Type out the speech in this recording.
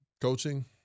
Coaching